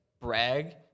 brag